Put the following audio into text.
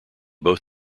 both